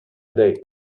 date